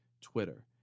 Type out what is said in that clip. Twitter